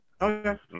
Okay